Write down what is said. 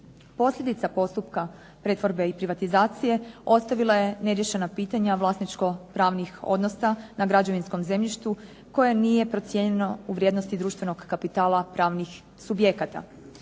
Posljedica postupka pretvorbe i privatizacije ostavila je neriješena pitanja vlasničko pravnih odnosa na građevinskom zemljištu koje nije procijenjeno u vrijednosti društvenog kapitala pravnih subjekata.